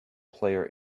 player